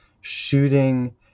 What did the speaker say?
shooting